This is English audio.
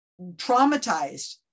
traumatized